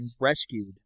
rescued